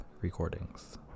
recordings